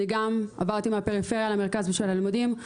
אני גם עברתי מהפריפריה למרכז בשביל הלימודים,